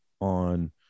on